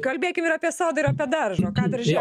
kalbėkim ir apie sodą ir apie daržą o ką darže